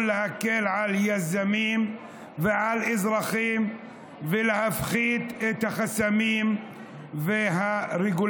להקל על יזמים ועל אזרחים ולהפחית את החסמים והרגולציה